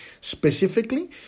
specifically